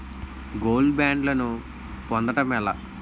Gold బ్యాండ్లను పొందటం ఎలా?